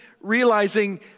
realizing